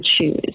choose